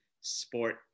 sport